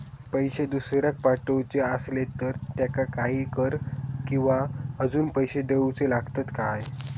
पैशे दुसऱ्याक पाठवूचे आसले तर त्याका काही कर किवा अजून पैशे देऊचे लागतत काय?